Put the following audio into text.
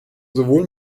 sowohl